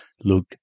Luke